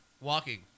walking